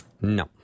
No